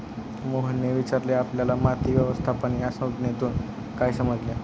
मोहनने विचारले आपल्याला माती व्यवस्थापन या संज्ञेतून काय समजले?